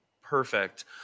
Perfect